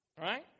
right